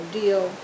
deal